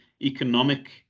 economic